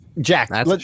Jack